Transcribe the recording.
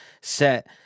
set